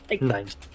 Nice